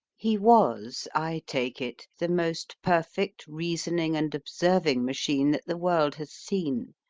he was, i take it, the most perfect reasoning and observing machine that the world has seen,